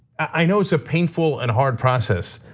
i know it's a painful and hard process,